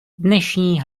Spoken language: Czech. dnešní